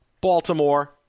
Baltimore